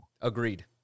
Agreed